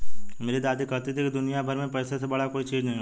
मेरी दादी कहती थी कि दुनिया में पैसे से बड़ा कोई चीज नहीं होता